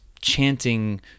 chanting